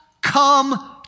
come